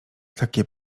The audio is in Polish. takie